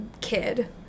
kid